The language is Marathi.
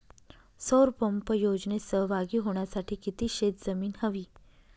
सौर पंप योजनेत सहभागी होण्यासाठी किती शेत जमीन हवी?